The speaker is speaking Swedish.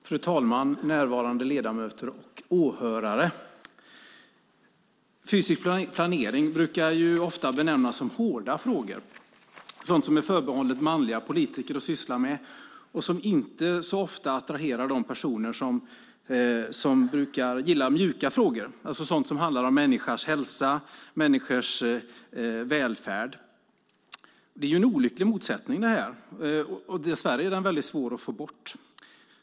Fru talman! Närvarande ledamöter och åhörare! Fysisk planering brukar ofta benämnas "hårda frågor", sådant som är förbehållet manliga politiker att syssla med och som inte så ofta attraherar de personer som brukar gilla "mjuka frågor", alltså sådant som handlar om människors hälsa och välfärd. Det är en olycklig motsättning, och dess värre är den väldigt svårt att få bort.